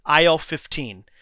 IL-15